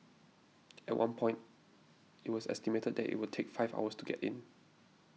at one point it was estimated that it would take five hours to get in